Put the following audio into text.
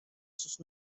sus